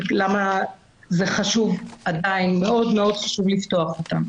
למה זה מאוד מאוד חשוב לפתוח אותם.